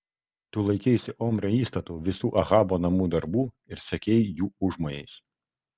tu laikeisi omrio įstatų visų ahabo namų darbų ir sekei jų užmojais